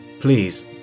please